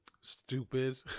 stupid